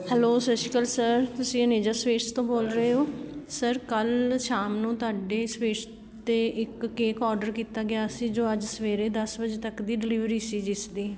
hello Sat Sri Akal sir ਤੁਸੀਂ Aneja sweets ਤੋਂ ਬੋਲ ਰਹੇ ਹੋ ਸਰ ਕੱਲ੍ਹ ਸ਼ਾਮ ਨੂੰ ਤੁਹਾਡੀ ਸਵੀਟਸ 'ਤੇ ਇੱਕ ਕੇਕ ਔਡਰ ਕੀਤਾ ਗਿਆ ਸੀ ਜੋ ਅੱਜ ਸਵੇਰੇ ਦਸ ਵਜੇ ਤੱਕ ਦੀ ਡਿਲੀਵਰੀ ਸੀ ਜਿਸਦੀ